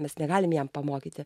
mes negalim jam pamokyti